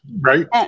Right